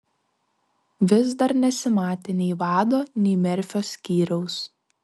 vis dar nesimatė nei vado nei merfio skyriaus